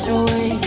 away